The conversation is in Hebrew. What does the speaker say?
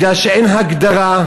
מכיוון שאין הגדרה,